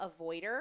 avoider